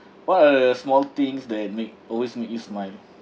what are the small things that make always make you smile